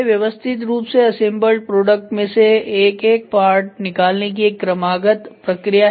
व्यवस्थित रूप से असेंबल्ड प्रोडक्ट में से एक एक पार्ट निकालने की एक क्रमागत प्रक्रिया है